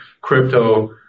crypto